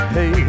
Hey